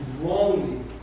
wrongly